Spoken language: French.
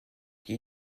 qui